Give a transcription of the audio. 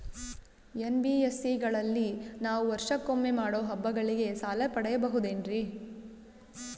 NBSC ಗಳಲ್ಲಿ ನಾವು ವರ್ಷಕೊಮ್ಮೆ ಮಾಡೋ ಹಬ್ಬಗಳಿಗೆ ಸಾಲ ಪಡೆಯಬಹುದೇನ್ರಿ?